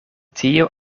tio